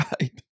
right